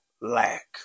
lack